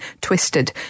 twisted